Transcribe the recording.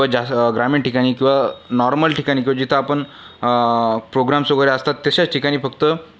किंवा ग्रामीण ठिकाणी किंवा नॉर्मल ठिकाणी किंवा जिथं आपण प्रोग्रॅम्स वगैरे असतात तशाच ठिकाणी फक्त